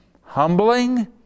humbling